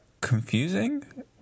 confusing